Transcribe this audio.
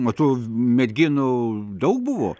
matau merginų daug buvo